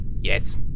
Yes